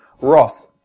Roth